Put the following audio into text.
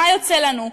מה יוצא לנו?